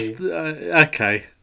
Okay